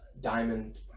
diamond